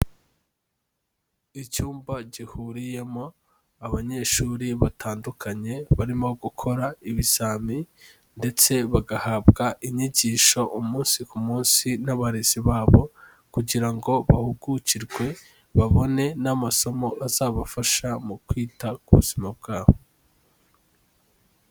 Icyumba gihuriyemo abanyeshuri batandukanye, barimo gukora ibizami ndetse bagahabwa inyigisho umunsi ku munsi n'abarezi babo kugira ngo bahugukirwe babone n'amasomo azabafasha mu kwita ku buzima bwabo.